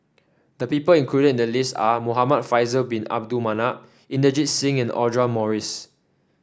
the people included in the list are Muhamad Faisal Bin Abdul Manap Inderjit Singh and Audra Morrice